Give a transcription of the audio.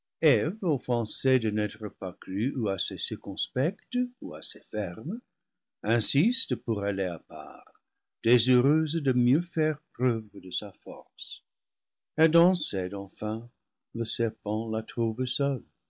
offensée de n'être pas crue ou assez circonspecte ou assez ferme insiste pour aller à part désireuse de mieux faire preuve de sa force adam cède enfin le serpent la trouve seule